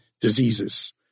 diseases